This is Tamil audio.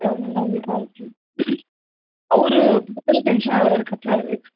சரி அதனால் தான் உங்களுக்கு கால் பண்ணேன் அவரு பார்த்தாலே டென்ஷன் ஆகுறாரு கத்துறார்